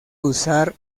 usar